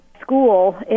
school